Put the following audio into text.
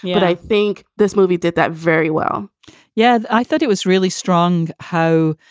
but i think this movie did that very well yeah. i thought it was really strong. how?